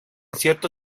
cierto